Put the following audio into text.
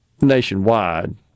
nationwide